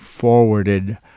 forwarded